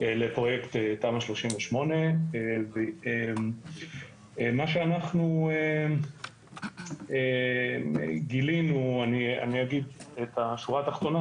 לפרויקט תמ"א 38. אני אגיד את השורה התחתונה